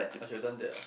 I should done that ah